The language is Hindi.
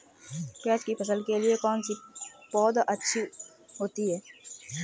प्याज़ की फसल के लिए कौनसी पौद अच्छी होती है?